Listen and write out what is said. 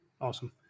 Awesome